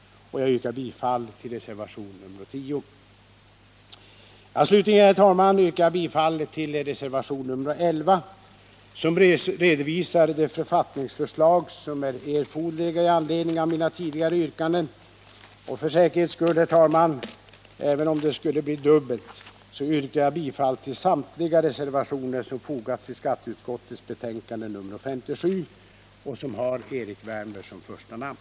Jag yrkar bifall till reservation nr 10. Slutligen, herr talman, yrkar jag bifall till reservation nr 11, där de författningsförslag som är erforderliga med anledning av mina tidigare yrkanden redovisas. Detta innebär att jag yrkar bifall till samtliga reservationer som fogats vid skatteutskottets betänkande nr 57 och som har Erik Wärnberg som första namn.